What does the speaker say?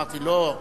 אמרתי: לא,